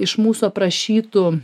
iš mūsų aprašytų